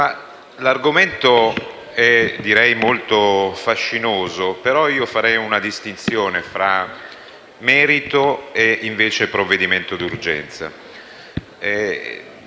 l'argomento è molto fascinoso, ma farei una distinzione tra merito e provvedimento d'urgenza.